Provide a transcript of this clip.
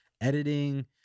editing